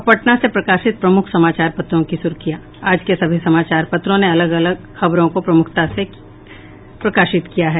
अब पटना से प्रकाशित प्रमुख समाचार पत्रों की सुर्खियां आज के सभी समाचार पत्रों ने अलग अलग खबरों को प्रमुखता से प्रकाशित किया है